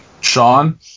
Sean